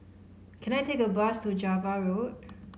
can I take a bus to Java Road